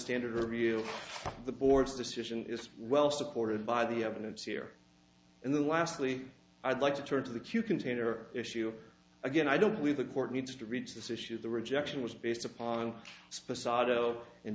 standard her view of the board's decision is well supported by the evidence here and then lastly i'd like to turn to the q container issue again i don't believe the court needs to reach this issue of the rejection was based upon